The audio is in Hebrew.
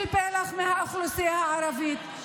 של פלח מהאוכלוסייה הערבית,